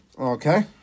Okay